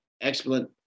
excellent